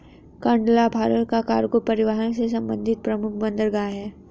कांडला भारत का कार्गो परिवहन से संबंधित प्रमुख बंदरगाह है